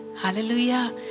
Hallelujah